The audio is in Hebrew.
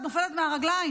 את נופלת מהרגליים,